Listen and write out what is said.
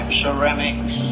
ceramics